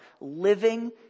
living